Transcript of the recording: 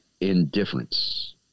indifference